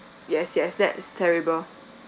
yes yes that is terrible